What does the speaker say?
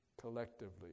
collectively